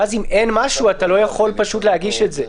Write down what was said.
ואז אם אין משהו אתה לא יכול להגיש את זה.